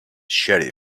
sheriff